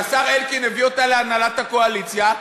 שהשר אלקין הביא אותה להנהלת הקואליציה,